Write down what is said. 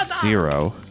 zero